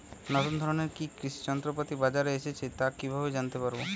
নতুন ধরনের কি কি কৃষি যন্ত্রপাতি বাজারে এসেছে তা কিভাবে জানতেপারব?